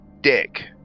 Dick